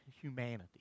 humanity